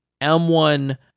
M1